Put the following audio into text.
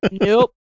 Nope